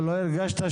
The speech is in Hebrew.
אלה ההצעות שלי.